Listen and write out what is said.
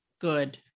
good